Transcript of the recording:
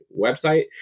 website